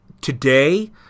today